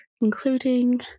including